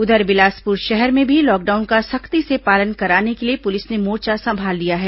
उधर बिलासपुर शहर में भी लॉकडाउन का सख्ती से पालन कराने के लिए पुलिस ने मोर्चा संभाल लिया है